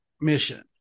Mission